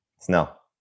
Snell